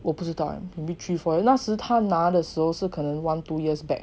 我不知道可能 three four weeks 那时他拿的时候是可能 one two years back